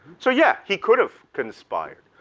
so yeah, he could have conspired.